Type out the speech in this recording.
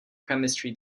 chemistry